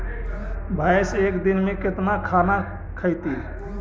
भैंस एक दिन में केतना खाना खैतई?